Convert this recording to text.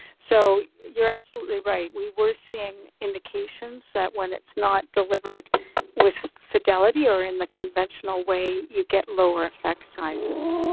so you're absolutely right, we were seeing indications that when it's not delivered with fidelity or in the conventional way, you get lower effect sizes.